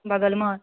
बगलमे